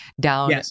down